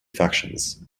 factions